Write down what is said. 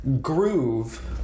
Groove